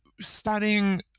studying